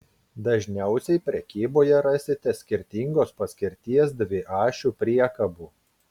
dažniausiai prekyboje rasite skirtingos paskirties dviašių priekabų